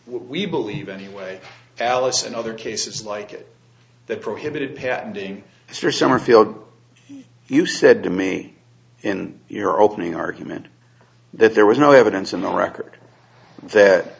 do we believe anyway alice and other cases like it that prohibited patenting summerfield you said to me in your opening argument that there was no evidence in the record that